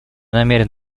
намерен